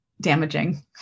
damaging